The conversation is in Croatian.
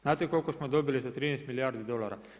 Znate koliko smo dobili za 13 milijardi dolara?